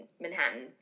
Manhattan